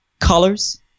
Colors